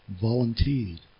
volunteered